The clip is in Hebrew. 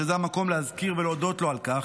שזה המקום להזכיר ולהודות לו על כך,